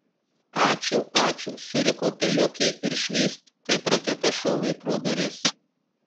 ačiū ačiū suriko peliukė ir švyst kaip raketa šovė pro duris